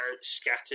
scattered